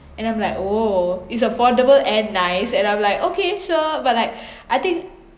and I'm like oh it's affordable and nice and I'm like okay sure but like I think